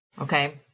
okay